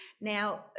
Now